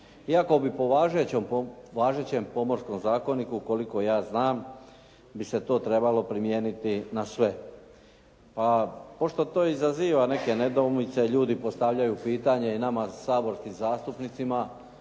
Iako bi po važećem Pomorskom zakoniku, koliko ja znam, bi se to trebalo primijeniti na sve, a pošto to izaziva neke nedoumice ljudi postavljaju pitanje i nama saborskih zastupnicima